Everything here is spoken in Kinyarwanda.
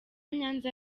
nyanza